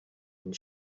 and